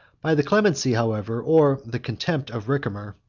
by the clemency, however, or the contempt, of ricimer,